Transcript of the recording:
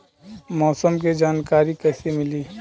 मौसम के जानकारी कैसे मिली?